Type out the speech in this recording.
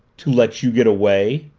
to let you get away?